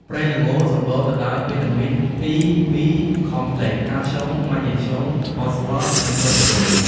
ប្រេងល្ង សម្បូរទៅដោយវីតាមីន អ៊ី ប៊ី ខមផ្លិច (E B complex) កាល់ស្យូម ម៉ាញ៉េស្យូម ផូស្វ័រ និងប្រូតេអ៊ីន។